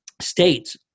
states